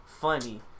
funny